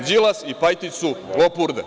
Kažu – Đilas i Pajtić su lopurde.